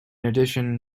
addition